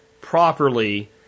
properly